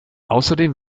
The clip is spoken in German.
außerdem